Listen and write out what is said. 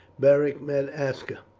beric met aska.